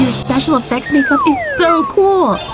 special effects makeup is so cool!